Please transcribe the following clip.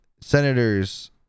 senators